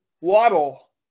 Waddle